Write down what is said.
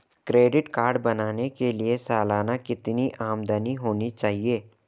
Credit card बनाने के लिए सालाना कितनी आमदनी होनी चाहिए?